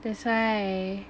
that's why